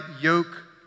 yoke